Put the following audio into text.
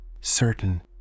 Certain